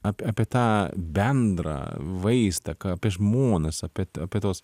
apie apie tą bendrą vaizdą ką apie žmones apie apie tuos